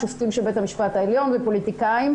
שופטים של בית המשפט העליון ופוליטיקאים.